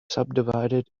subdivided